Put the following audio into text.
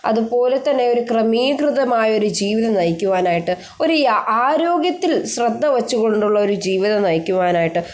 അതുപോലെത്തന്നെ ഒരു ക്രമീകൃതമായൊരു ജീവിതം നയിക്കുവാനായിട്ട് ഒരു ആരോഗ്യത്തിൽ ശ്രദ്ധവച്ച് കൊണ്ടുള്ള ഒരു ജീവിതം നയിക്കുവാനായിട്ട്